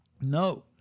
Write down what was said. No